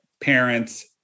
parents